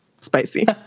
spicy